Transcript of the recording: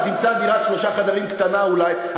אתה תמצא דירת שלושת חדרים קטנה אולי,